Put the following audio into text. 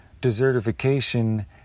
desertification